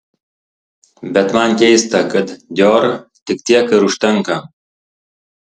bet man keista kad dior tik tiek ir užtenka